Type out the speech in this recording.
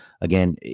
again